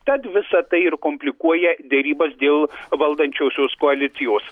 tad visa tai ir komplikuoja derybas dėl valdančiosios koalicijos